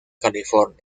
california